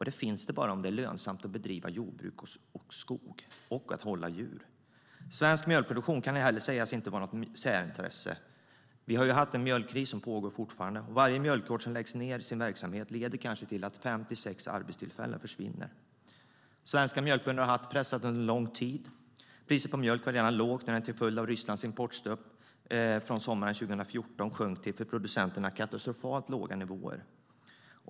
De finns bara om det är lönsamt att bedriva skogsbruk, jordbruk och att hålla djur. Svensk mjölkproduktion kan inte heller sägas vara något särintresse. Vi har haft en mjölkkris. Den pågår fortfarande. För varje mjölkgård som lägger ned sin verksamhet försvinner kanske fem till sex arbetstillfällen. Svenska mjölkbönder har haft en pressad situation under lång tid. Priset på mjölk var redan lågt när det till följd av Rysslands importstopp sommaren 2014 sjönk till för producenterna katastrofalt låga nivåer.